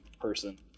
person